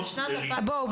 --- בואו,